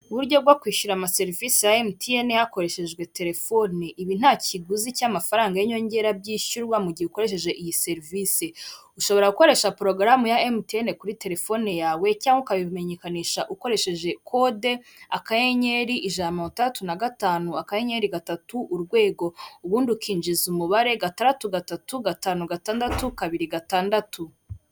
Uburyo bwo kwishyura ama serivisi ya emutiyeni hakoreshejwe telefoni, ibi nta kiguzi cy'amafaranga y'inyongera byishyurwa mu mugihe ukoresheje iyi serivisi. Ushobora gukoresha porogaramu ya mtne kuri telefone yawe cyangwa ukabimenyekanisha ukoresheje kode akayenyeri, ijana na mirongo itandatu na gatanu, akanyeri, gatatu ,urwego, ubundi ukinjiza umubare gatandatu, gatatu, gatanu ,gatandatu ,kabiri ,gatandatu.